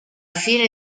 fine